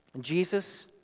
Jesus